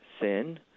sin